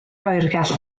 oergell